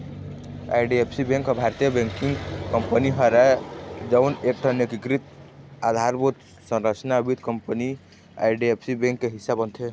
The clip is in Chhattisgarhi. आई.डी.एफ.सी बेंक ह भारतीय बेंकिग कंपनी हरय जउन एकठन एकीकृत अधारभूत संरचना वित्त कंपनी आई.डी.एफ.सी बेंक के हिस्सा बनथे